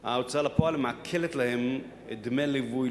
ההוצאה לפועל מעקלת להם את דמי הליווי.